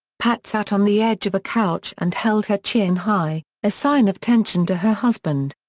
pat sat on the edge of a couch and held her chin high, a sign of tension to her husband.